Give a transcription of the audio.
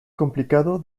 complicado